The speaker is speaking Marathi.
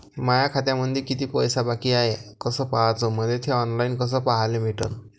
माया खात्यामंधी किती पैसा बाकी हाय कस पाह्याच, मले थे ऑनलाईन कस पाह्याले भेटन?